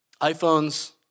iPhones